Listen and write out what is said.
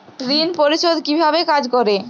ঋণ পরিশোধ কিভাবে কাজ করে?